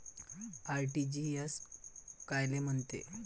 RTGS कायले म्हनते?